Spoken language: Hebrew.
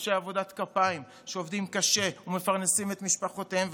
אנשי עבודת כפיים שעובדים קשה ומפרנסים את משפחותיהם,